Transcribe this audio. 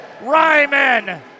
Ryman